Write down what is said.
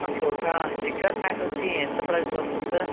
మంచి ఒక sticker pack వచ్చి ఎంత ప్రైస్ పడుతుంది సార్